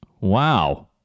Wow